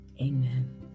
Amen